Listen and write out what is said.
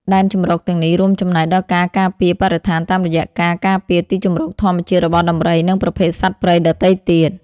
ដែនជម្រកទាំងនេះរួមចំណែកដល់ការការពារបរិស្ថានតាមរយៈការ ការពារទីជម្រកធម្មជាតិ របស់ដំរី និងប្រភេទសត្វព្រៃដទៃទៀត។